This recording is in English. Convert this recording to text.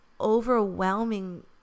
overwhelming